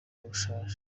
ndashaje